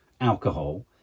alcohol